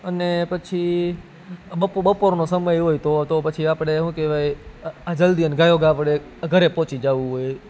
અને પછી બપોરનો સમય હોય તો તો પછી આપણે શું કહેવાય જલ્દી અને ગાયો ગા આપણે ઘરે પહોંચી જવું હોય